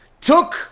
took